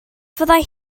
fyddai